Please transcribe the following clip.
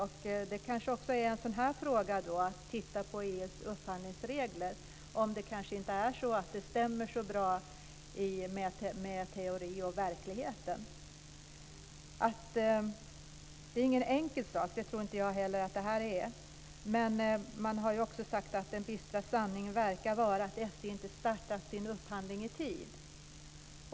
Det kan vara i en sådan fråga som att titta på EU:s upphandlingsregler och överensstämmelsen mellan teori och verklighet. Jag tror inte heller att det här är någon enkel sak. Men man har också sagt att den bistra sanningen verkar vara att SJ inte startade sin upphandling i tid.